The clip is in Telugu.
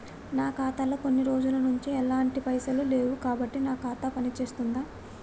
నా ఖాతా లో కొన్ని రోజుల నుంచి ఎలాంటి పైసలు లేవు కాబట్టి నా ఖాతా పని చేస్తుందా?